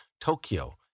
Tokyo